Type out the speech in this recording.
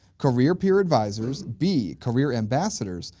career peer advisors, b, career ambassadors,